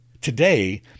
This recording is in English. Today